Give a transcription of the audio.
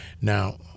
Now